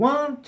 One